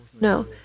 No